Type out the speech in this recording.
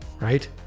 right